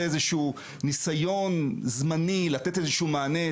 זה איזשהו ניסיון זמני לתת איזשהו מענה.